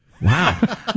Wow